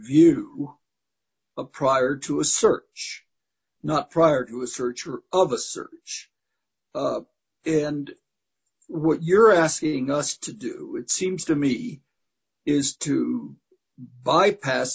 review prior to a search not prior to a search or of a search and what you're asking us to do it seems to me is to bypass